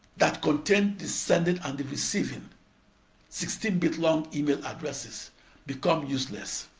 that contained the sending and the receiving sixteen-bit long email addresses become useless.